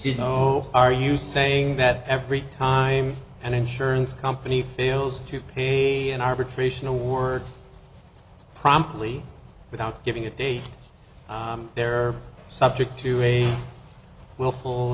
you know are you saying that every time an insurance company fails to pay an arbitration award promptly without giving a date they're subject to a willful